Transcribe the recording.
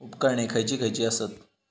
उपकरणे खैयची खैयची आसत?